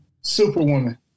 Superwoman